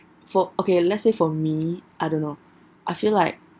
for okay let's say for me I don't know I feel like